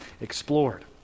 Explored